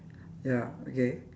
ya okay